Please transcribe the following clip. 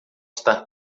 estar